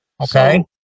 Okay